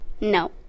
No